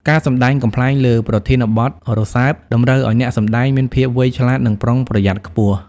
ការសម្ដែងកំប្លែងលើប្រធានបទរសើប តម្រូវឲ្យអ្នកសម្ដែងមានភាពវៃឆ្លាត និងប្រុងប្រយ័ត្នខ្ពស់។